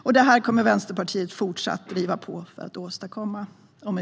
Vänsterpartiet kommer att fortsätta att driva på för att åstadkomma detta.